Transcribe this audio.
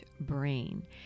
brain